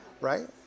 right